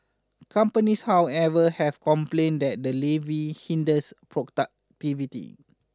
companies however have complained that the levy hinders productivity